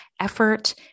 effort